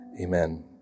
amen